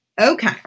Okay